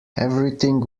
everything